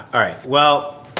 um right. well,